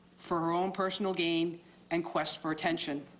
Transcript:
for her own personal gain and quest for attention.